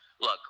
look